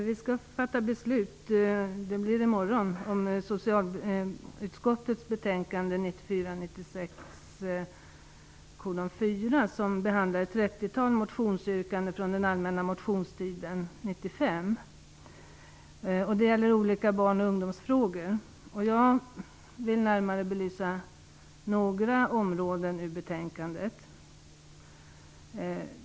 Herr talman! I morgon skall vi fatta beslut om socialutskottets betänkande 1995/96:SoU4. I betänkandet behandlas ett trettiotal motionsyrkanden från allmänna motionstiden 1995. Det gäller olika barnoch ungdomsfrågor. Jag vill närmare belysa några områden i betänkandet.